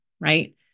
right